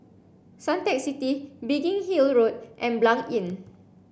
Suntec City Biggin Hill Road and Blanc Inn